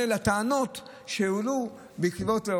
לטענות שהועלו במפגשים עם הציבור.